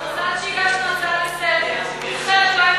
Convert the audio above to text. מזל שהגשנו הצעה לסדר-היום,